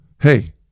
hey